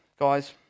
Guys